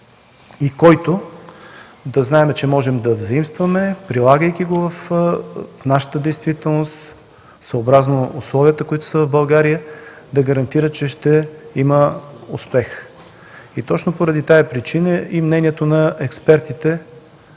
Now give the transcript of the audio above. и който да знаем, че можем да заимстваме, прилагайки го в нашата действителност, съобразно условията, които са в България, да гарантира, че ще има успех. Точно поради тази причина и мненията на експертите